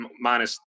minus